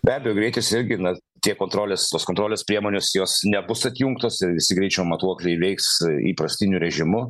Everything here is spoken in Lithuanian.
be abejo greitis irgi nes tie kontrolės tos kontrolės priemonės jos nebus atjungtos ir visi greičio matuokliai veiks įprastiniu režimu